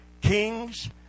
kings